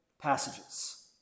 passages